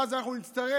ואז אנחנו נצטרך